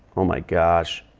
oh, my gosh.